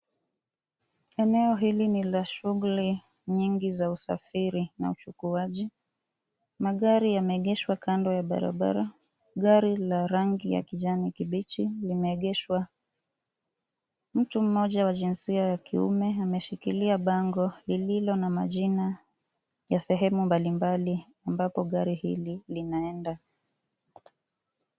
Eneo hili ni la shughuli nyingi za usafiri na uchukuaji. Magari yameegeshwa kando ya barabara. Gari la rangi ya kijani kibichi limeegeshwa. Mtu mmoja wa jinsia ya kiume ameshikilia bango lililo na majina ya sehemu mbalimbali ambapo gari hili linaenda.